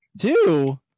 Two